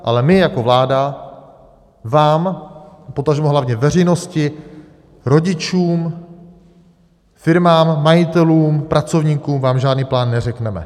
Ale my jako vláda vám, potažmo hlavně veřejnosti, rodičům, firmám, majitelům, pracovníkům, žádný plán neřekneme.